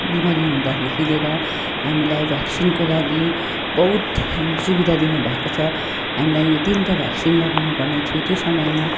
बिमारी हुँदादेखि लिएर हामीलाई भ्याक्सिनको लागि बहुत सुविधा दिनुभएको छ हामीलाई यो तिनवटा भ्याक्सिन लगाउनु पर्ने थियो त्यो समयमा